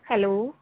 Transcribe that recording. hello